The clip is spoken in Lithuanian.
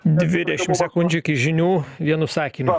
dvidešimt sekundžių iki žinių vienu sakiniu